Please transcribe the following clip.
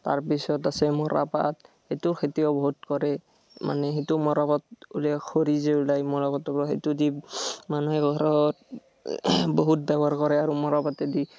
তাৰ পিছত আছে মৰাপাট এইটো খেতিও বহুত কৰে মানে সেইটো মৰাপাট খৰি যে ওলায় মৰাপাটৰপা সেইটো দি মানুহে ঘৰত বহুত ডাঙৰ কৰে মৰাপাতেদি